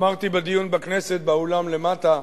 אמרתי בדיון בכנסת על המחאה החברתית, באולם למטה,